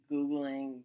Googling